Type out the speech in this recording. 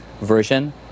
version